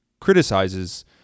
criticizes